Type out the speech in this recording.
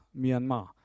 Myanmar